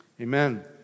Amen